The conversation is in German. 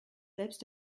selbst